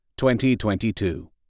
2022